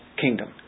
kingdom